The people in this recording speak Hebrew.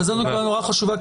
זו נקודה מאוד חשובה,